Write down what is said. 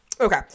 Okay